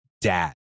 dad